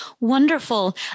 Wonderful